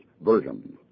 version